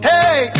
Hey